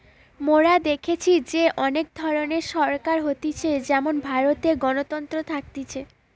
মোরা দেখেছি যে অনেক ধরণের সরকার হতিছে যেমন ভারতে গণতন্ত্র থাকতিছে